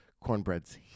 Cornbread's